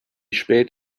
spät